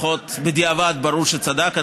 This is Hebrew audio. לפחות בדיעבד ברור שהוא צדק.